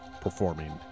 performing